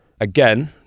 Again